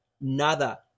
nada